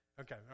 Okay